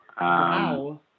wow